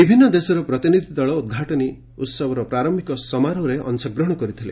ବିଭିନ୍ନ ଦେଶର ପ୍ରତିନିଧି ଦଳ ଉଦ୍ଘାଟନୀ ଉସବର ପ୍ରାର ସମାରୋହରେ ଅଂଶଗ୍ରହଣ କରିଥିଲେ